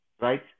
right